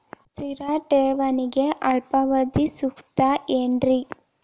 ಸ್ಥಿರ ಠೇವಣಿಗೆ ಅಲ್ಪಾವಧಿ ಸೂಕ್ತ ಏನ್ರಿ?